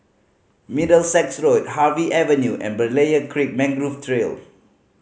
Middlesex Road Harvey Avenue and Berlayer Creek Mangrove Trail